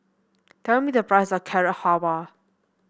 tell me the price of Carrot Halwa